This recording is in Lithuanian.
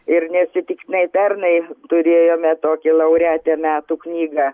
ir neatsitiktinai pernai turėjome tokį laureatę metų knygą